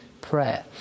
prayer